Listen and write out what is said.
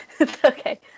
Okay